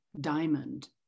diamond